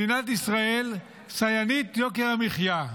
מדינת ישראל שיאנית יוקר המחיה,